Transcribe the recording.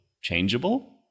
changeable